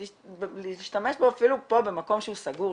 ולהשתמש אפילו פה במקום שהוא סגור,